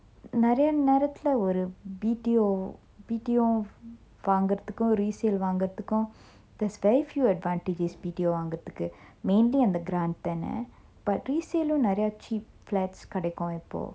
நெறைய நேரத்துல ஒரு:neraya nerathula oru B_T_O B_T_O வாங்குறதுக்கும்:vangurathukkum resale வாங்குறதுக்கும்:vangurathukkum there are very few advantages B_T_O வாங்குறதுக்கு:vangurathukku main thing is the grant தான:thana but resale லும் நெறைய:lum neraya cheap flats கெடைக்கும் இப்போ:kedaikkum ippo